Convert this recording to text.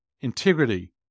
integrity